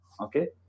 okay